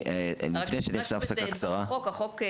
לפני שנעשה הפסקה קצרה --- אל תשכח --- החוק,